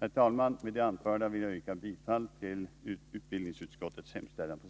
Herr talman! Med det anförda vill jag på samtliga punkter yrka bifall till utskottets hemställan.